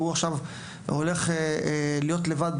והולך להיות לבד,